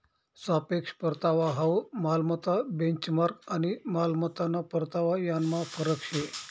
सापेक्ष परतावा हाउ मालमत्ता बेंचमार्क आणि मालमत्ताना परतावा यानमा फरक शे